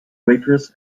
waitress